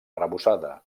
arrebossada